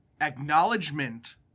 acknowledgement